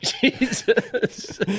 Jesus